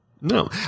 No